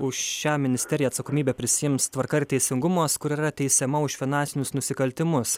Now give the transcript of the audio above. už šią ministeriją atsakomybę prisiims tvarka ir teisingumas kur yra teisiama už finansinius nusikaltimus